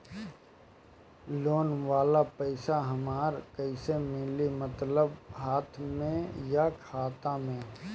Loan वाला पैसा हमरा कइसे मिली मतलब हाथ में या खाता में?